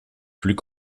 plus